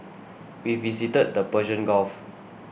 we visited the Persian Gulf